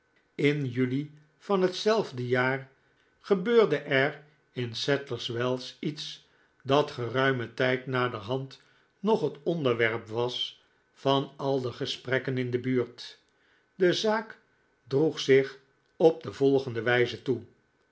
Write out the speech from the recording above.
in juli van hetzelfde jaar gebeurde er in sadlers wells iets dat geruimen tijd naderhand nog het onderwerp was van al de gesprekken in de buurt de zaak droeg zich op de volgende wijze toe